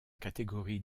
catégorie